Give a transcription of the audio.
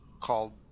called